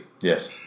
Yes